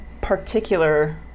particular